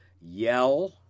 Yell